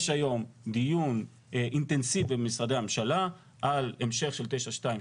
יש היום דיון אינטנסיבי במשרדי הממשלה על המשך של 922,